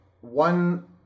one